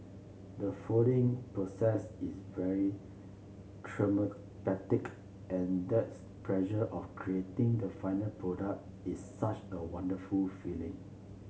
the folding process is very therapeutic and that pleasure of creating the final product is such a wonderful feeling